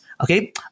Okay